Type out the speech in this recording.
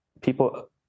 people